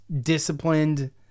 disciplined